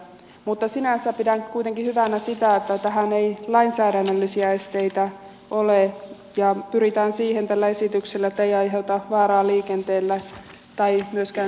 mutta sinänsä pidän kuitenkin hyvänä sitä että tälle ei lainsäädännöllisiä esteitä ole ja pyritään siihen tällä esityksellä että ei aiheuta vaaraa liikenteelle tai myöskään tienpidolle